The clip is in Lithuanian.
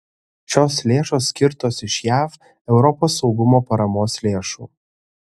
šios lėšos skirtos iš jav europos saugumo paramos lėšų